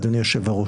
אדוני היושב-ראש.